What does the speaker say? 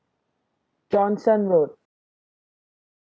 johnson road